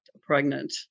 pregnant